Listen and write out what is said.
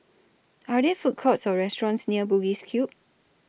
Are There Food Courts Or restaurants near Bugis Cube